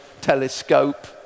telescope